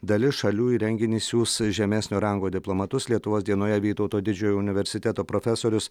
dalis šalių į renginį siųs žemesnio rango diplomatus lietuvos dienoje vytauto didžiojo universiteto profesorius